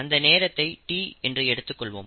அந்த நேரத்தை t என்று எடுத்துக்கொள்வோம்